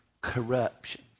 corruption